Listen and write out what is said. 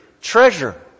treasure